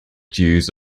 jews